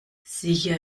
sicher